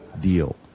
deal